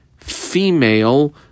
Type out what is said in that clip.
female